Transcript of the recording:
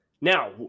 Now